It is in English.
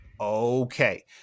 okay